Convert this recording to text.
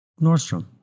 Nordstrom